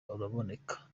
araboneka